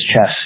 chess